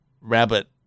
rabbit